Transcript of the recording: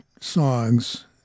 songs